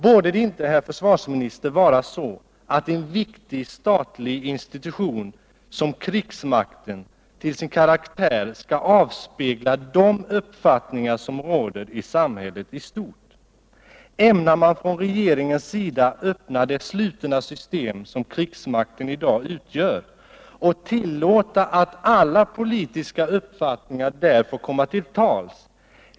Borde det inte herr försvarsminister, vara så att en så viktig statlig institution som krigsmakten till sin karaktär skall avspegla de uppfattningar som råder i samhället i stort? Ämnar man från regeringens sida öppna det slutna system som krigsmakten i dag utgör och tillåta att alla politiska uppfattningar där får komma till tals?